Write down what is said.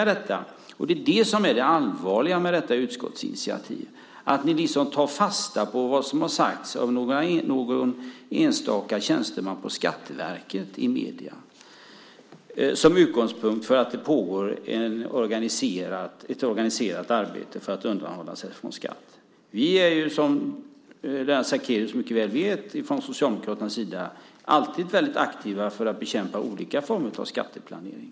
Det som är det allvarliga med detta utskottsinitiativ och som jag tycker att ni borde betänka är att ni liksom tar vad någon enstaka tjänsteman på Skatteverket har sagt i medierna som utgångspunkt för att det pågår ett organiserat arbete för att undanhålla skatt. Vi socialdemokrater är ju som Lennart Sacrédeus mycket väl vet alltid väldigt aktiva när det gäller att bekämpa olika former av skatteplanering.